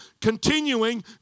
continuing